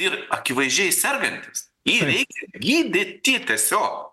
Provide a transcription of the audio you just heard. ir akivaizdžiai sergantis jį reikia gydyti tiesiog